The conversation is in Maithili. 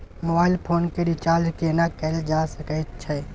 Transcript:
मोबाइल फोन के रिचार्ज केना कैल जा सकै छै?